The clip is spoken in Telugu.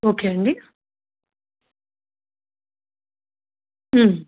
ఓకే అండి